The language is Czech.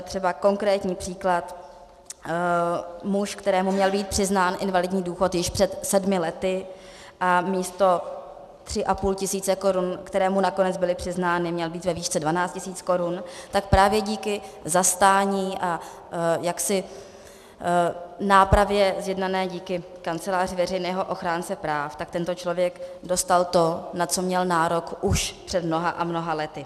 Třeba konkrétní příklad: Muž, kterému měl být přiznán invalidní důchod již před sedmi lety místo 3 500 korun, které mu nakonec byly přiznány, měl být ve výšce 12 000 korun, tak právě díky zastání a jaksi nápravě zjednané díky Kanceláři veřejného ochránce práv dostal tento člověk to, na co měl nárok už před mnoha a mnoha lety.